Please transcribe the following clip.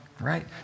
right